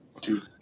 dude